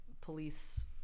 police